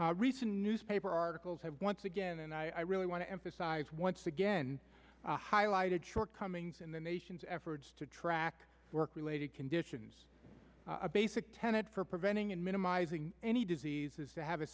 recent newspaper articles have once again and i really want to emphasize once again highlighted shortcomings in the nation's efforts to track work related conditions a basic tenet for preventing and minimizing any diseases to have a